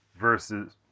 versus